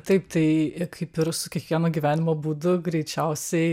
taip tai kaip ir su kiekvienu gyvenimo būdu greičiausiai